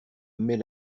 met